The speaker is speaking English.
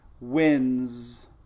wins